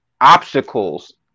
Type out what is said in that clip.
obstacles